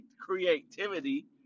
creativity